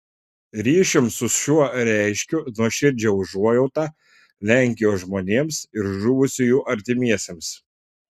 ryšium su šiuo reiškiu nuoširdžią užuojautą lenkijos žmonėms ir žuvusiųjų artimiesiems